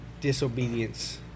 disobedience